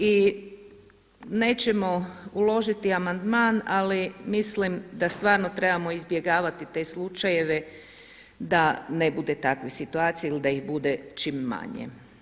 I nećemo uložiti amandman, ali mislim da stvarno trebamo izbjegavati te slučajeve da ne bude takve situacije ili da ih bude čim manje.